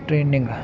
training